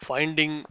Finding